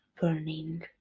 Burning